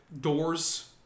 doors